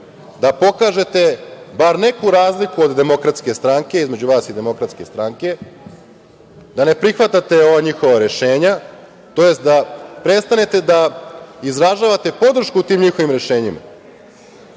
da pokažete bar neku razliku između vas i Demokratske stranke, da ne prihvatite ova njihova rešenja, tj. da prestanete da izražavate podršku tim njihovim rešenjima.